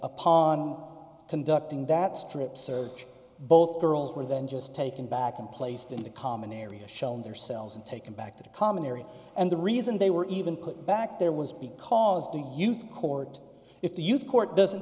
upon conducting that strip search both girls were then just taken back and placed in the common area shown their cells and taken back to the common area and the reason they were even put back there was because the youth court if the youth court doesn't